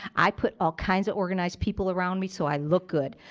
i put all kinds of organized people around me so i look good.